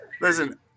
Listen